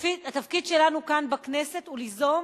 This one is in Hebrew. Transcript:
התפקיד שלנו כאן בכנסת הוא ליזום